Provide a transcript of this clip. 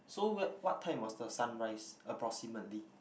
so where what time was the sunrise approximately